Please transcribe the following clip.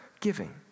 Giving